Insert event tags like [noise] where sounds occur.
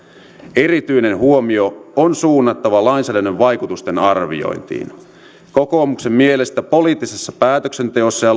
erityinen huomio on suunnattava lainsäädännön vaikutusten arviointiin kokoomuksen mielestä poliittisessa päätöksenteossa ja [unintelligible]